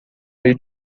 lhe